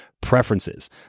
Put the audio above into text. preferences